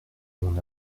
mon